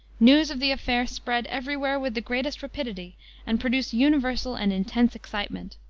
news of the affair spread every where with the greatest rapidity and produced universal and intense excitement.